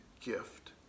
gift